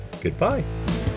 goodbye